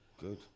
Good